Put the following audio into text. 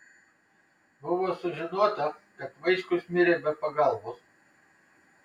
buvo sužinota kad vaičkus mirė be pagalbos